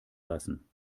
lassen